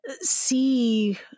see